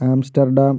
Amsterdam